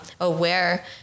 aware